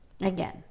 Again